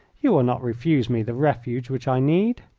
you will not refuse me the refuge which i need.